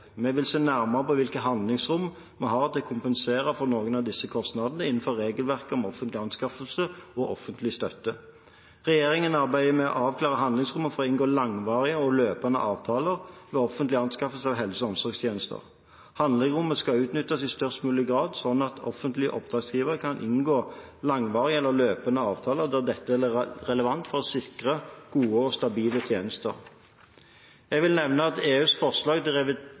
Vi vil se nærmere på hvilke handlingsrom vi har til å kompensere for noen av disse kostnadene innenfor regelverket om offentlige anskaffelser og offentlig støtte. Regjeringen arbeider med å avklare handlingsrommet for å inngå langvarige og løpende avtaler ved offentlige anskaffelser av helse- og omsorgstjenester. Handlingsrommet skal utnyttes i størst mulig grad, slik at offentlige oppdragsgivere kan unngå langvarige eller løpende avtaler der dette er relevant, for å sikre gode og stabile tjenester. Jeg vil nevne at EUs forslag til